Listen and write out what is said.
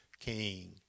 king